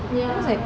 ya